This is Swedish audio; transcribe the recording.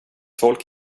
folk